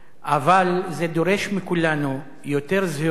אבל זה דורש מכולנו יותר זהירות,